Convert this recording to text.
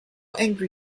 angry